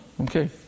Okay